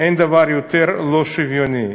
אין דבר יותר לא שוויוני.